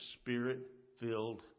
spirit-filled